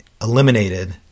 eliminated